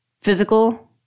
physical